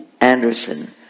Anderson